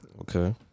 Okay